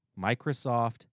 Microsoft